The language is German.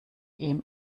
ihm